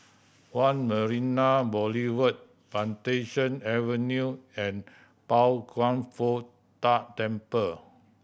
One Marina Boulevard Plantation Avenue and Pao Kwan Foh Tang Temple